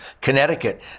Connecticut